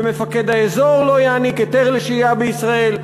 ומפקד האזור לא יעניק היתר לשהייה בישראל,